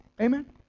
Amen